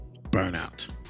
burnout